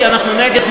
כי אנחנו נגד,